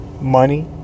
money